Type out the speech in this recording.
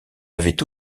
avait